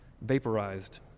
vaporized